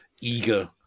eager